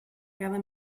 cada